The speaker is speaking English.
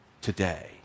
today